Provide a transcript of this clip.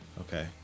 Okay